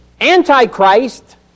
Antichrist